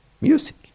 music